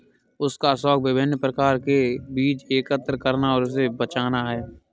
उसका शौक विभिन्न प्रकार के बीज एकत्र करना और उसे बचाना है